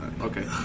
Okay